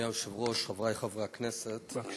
אדוני היושב-ראש, חברי חברי הכנסת,